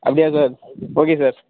அப்படியா sir okay sir